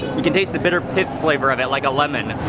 you can taste the bitter pith flavor of it, like a lemon.